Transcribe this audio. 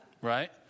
Right